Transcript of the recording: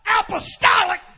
apostolic